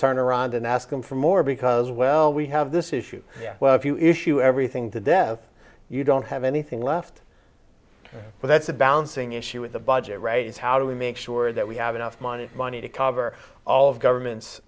turn around and ask them for more because well we have this issue well if you issue everything to death you don't have anything left so that's a balancing issue with the budget right is how do we make sure that we have enough money money to cover all of government